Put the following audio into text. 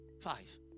Five